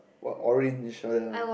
what orange like that ah